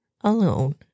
alone